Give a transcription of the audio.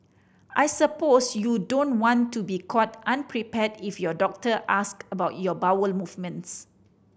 I suppose you don't want to be caught unprepared if your doctor asks about your bowel movements